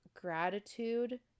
gratitude